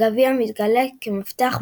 הגביע מתגלה כ"מפתח מעבר"